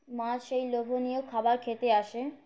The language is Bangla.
মাছ সেই লোভনীয় খাবার খেতে আসে